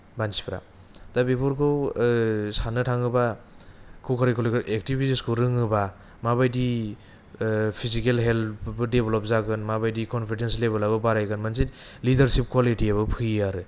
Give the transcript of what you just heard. मानसिफोरा दा बेफोरखौ सान्नो थाङोबा क' कारिकुलार एक्टिभितिसखौ रोङोबा माबायदि फिजिकेल हेल्थफोरबो देभलप जागोन माबायदि कन्फिदेन्स लेभेलाबो बारायगोन मोनसे लिदारशिप क्वालितिआबो फैयो आरो